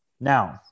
Now